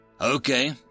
Okay